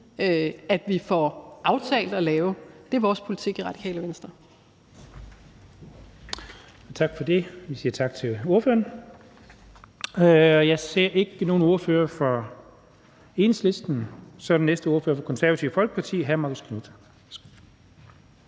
at vi får aftalt at lave. Det er vores politik i Radikale Venstre